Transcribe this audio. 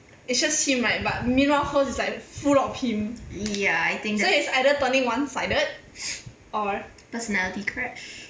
it's just him right but meanwhile hers is like full of him so it's either turning one sided